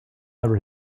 never